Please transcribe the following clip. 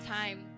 time